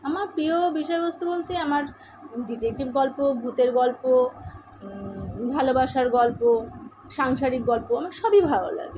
হ্যাঁ আমি স্কুলের লাইব্রেরিতে গিয়েছি আমাদের পাড়ার যে ক্লাবে লাইব্রেরি আছে সেখানে গিয়েছি সেখানে গিয়ে অনেক রকমের গল্পের বই পড়েছি আমার ভালোই লাগে